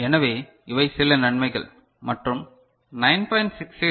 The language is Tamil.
எனவே இவை சில நன்மைகள் மற்றும் 9